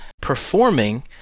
performing